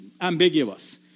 ambiguous